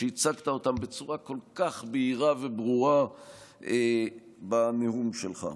שהצגת בצורה כל כך בהירה וברורה בנאום שלך.